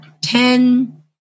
ten